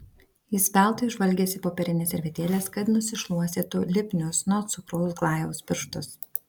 jis veltui žvalgėsi popierinės servetėlės kad nusišluostytų lipnius nuo cukraus glajaus pirštus